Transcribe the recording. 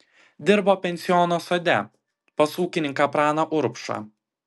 dirbo pensiono sode pas ūkininką praną urbšą